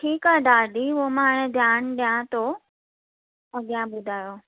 ठीकु आहे दादी उहो मां ध्यानु ॾियां थो अॻियां ॿुधायो